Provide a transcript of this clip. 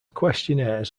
questionnaires